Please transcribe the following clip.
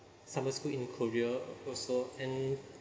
summer school in korea also and